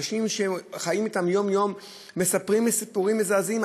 אנשים שחיים אתם יום-יום מספרים לי סיפורים מזעזעים.